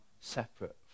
separate